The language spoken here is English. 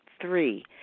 Three